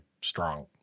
strong